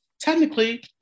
technically